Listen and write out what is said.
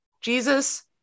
jesus